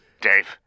Dave